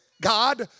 God